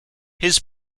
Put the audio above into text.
his